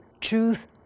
Truth